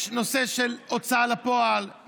יש נושא של הוצאה לפועל,